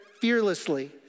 fearlessly